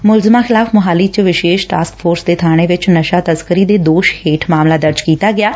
ਮੁਲਜ਼ਮ ਖਿਲਾਫ ਮੋਹਾਲੀ ਚ ਵਿਸੇਸ਼ ਟਾਸਕ ਫੋਰਸ ਦੇ ਬਾਣੇ ਚ ਨਸ਼ਾ ਤਸਕਰੀ ਦੇ ਦੋਸ਼ ਹੇਠ ਮਾਮਲਾ ਦਰਜ ਕੀਤਾ ਗੈ